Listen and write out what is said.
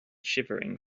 shivering